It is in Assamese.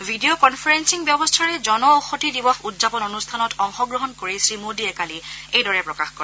ভিডিঅ কনফাৰেলিং ব্যৱস্থাৰে জন ঔষধি দিৱস উদযাপন অনুষ্ঠানত অংশগ্ৰহণ কৰি শ্ৰীমোদীয়ে কালি এইদৰে প্ৰকাশ কৰে